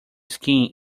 skiing